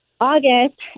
August